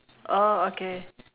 oh okay